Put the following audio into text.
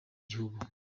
gihugu